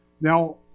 Now